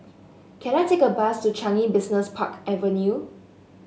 can I take a bus to Changi Business Park Avenue